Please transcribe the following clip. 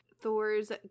Thor's